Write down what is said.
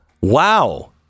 Wow